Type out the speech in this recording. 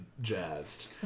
jazzed